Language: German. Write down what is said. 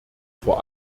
vor